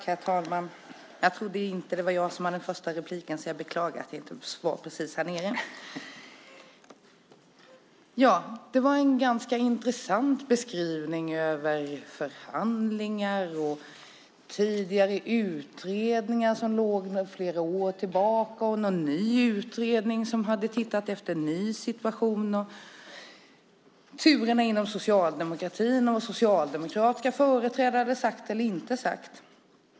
Herr talman! Det var en ganska intressant beskrivning av förhandlingar, tidigare utredningar som låg flera år tillbaka, någon ny utredning som hade tittat efter en ny situation, turerna inom socialdemokratin och vad socialdemokratiska företrädare hade sagt eller inte sagt.